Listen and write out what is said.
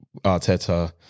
Arteta